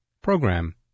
PROGRAM